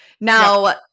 Now